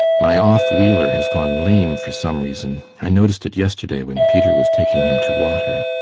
my off-wheeler has gone lame for some reason. i noticed it yesterday when peter was taking him to water.